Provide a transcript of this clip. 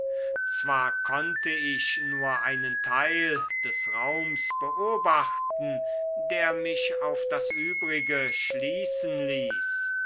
zwar konnte ich nur einen teil des raums beobachten der mich auf das übrige schließen ließ